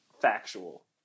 factual